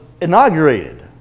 inaugurated